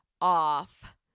off